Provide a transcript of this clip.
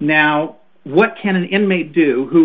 now what can an inmate do who